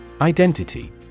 Identity